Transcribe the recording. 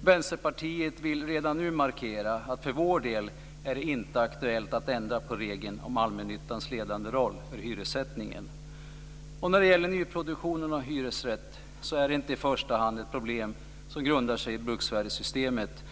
Vänsterpartiet vill redan nu markera att för vår del är det inte aktuellt att ändra på regeln om allmännyttans ledande roll för hyressättningen. När det gäller nyproduktionen av hyresrätt är det inte i första hand ett problem som grundar sig på bruksvärdessystemet.